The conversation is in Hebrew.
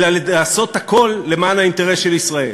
אלא לעשות הכול למען האינטרס של ישראל.